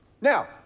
Now